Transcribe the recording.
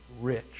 rich